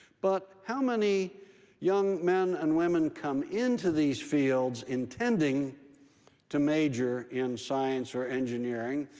but how many young men and women come into these fields intending to major in science or engineering?